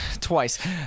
Twice